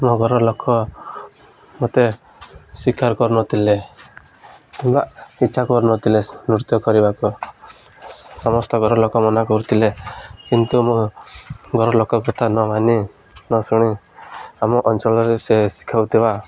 ମୋ ଘର ଲୋକ ମୋତେ ସ୍ୱୀକାର କରୁନଥିଲେ କିମ୍ବା ଇଚ୍ଛା କରୁନଥିଲେ ନୃତ୍ୟ କରିବାକୁ ସମସ୍ତ ଘର ଲୋକ ମନା କରୁଥିଲେ କିନ୍ତୁ ମୁଁ ଘର ଲୋକ କଥା ନ ମାନି ନ ଶୁଣି ଆମ ଅଞ୍ଚଳରେ ସେ ଶିଖାଉଥିବା